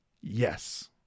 Yes